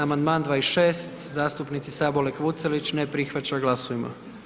Amandman 26, zastupnici Sabolek-Vucelić, ne prihvaća, glasujmo.